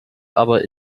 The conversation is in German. aber